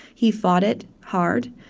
he fought it hard.